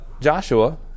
Joshua